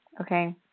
okay